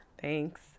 Thanks